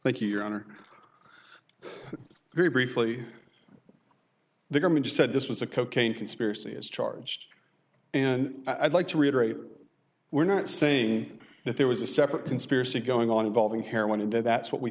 you your honor very briefly the government said this was a cocaine conspiracy as charged and i'd like to reiterate we're not saying that there was a separate conspiracy going on involving heroin and that's what we